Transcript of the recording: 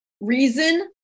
reason